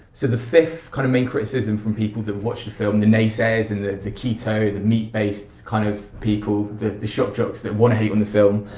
so the fifth, kind of main criticism from people that watched the film, the nay-sayers and the the keto, meat-based kind of people, the shock-jocks that wanna hate on the film,